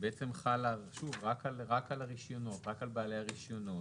שבעצם חלה רק על הרישיונות, רק על בעלי הרישיונות,